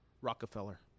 Rockefeller